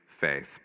faith